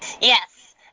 Yes